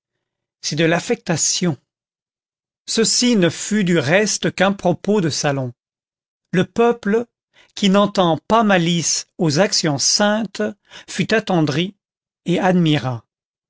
c'est de l'affectation ceci ne fut du reste qu'un propos de salons le peuple qui n'entend pas malice aux actions saintes fut attendri et admira